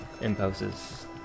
impulses